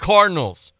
Cardinals